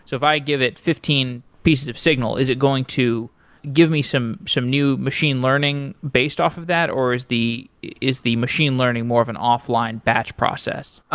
so if i give it fifteen pieces of signal, is it going to give me some some new machine learning based off of that, or is the is the machine learning more of an offline batch process?